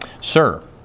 Sir